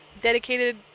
dedicated